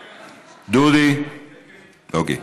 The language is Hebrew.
אוקיי.